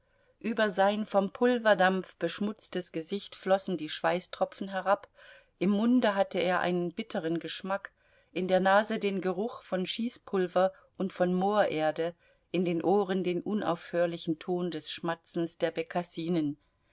über sein vom pulverdampf beschmutzes gesicht flossen die schweißtropfen herab im munde hatte er einen bitteren geschmack in der nase den geruch von schießpulver und von moorerde in den ohren den unaufhörlichen ton des schmatzens der bekassinen